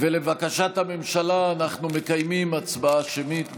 ולבקשת הממשלה אנחנו מקיימים הצבעה שמית.